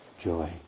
joy